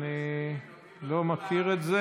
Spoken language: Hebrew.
אני לא מכיר את זה.